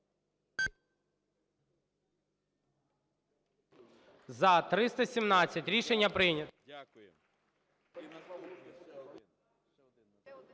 За-317 Рішення прийнято.